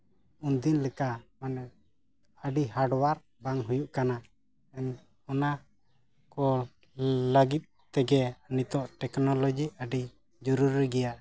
ᱩᱱ ᱫᱤᱱ ᱞᱮᱠᱟ ᱢᱟᱱᱮ ᱟᱹᱰᱤ ᱦᱟᱰᱣᱟᱨ ᱵᱟᱝ ᱦᱩᱭᱩᱜ ᱠᱟᱱᱟ ᱚᱱᱟ ᱠᱚ ᱞᱟᱹᱜᱤᱫ ᱛᱮᱜᱮ ᱱᱤᱛᱚᱜ ᱴᱮᱹᱠᱱᱳᱞᱚᱡᱤ ᱟᱹᱰᱤ ᱡᱚᱨᱩᱨᱤ ᱜᱮᱭᱟ